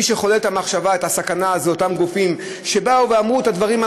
מי שחולל את המחשבה על הסכנה הם אותם גופים שבאו ואמרו את הדברים,